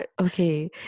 Okay